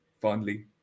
fondly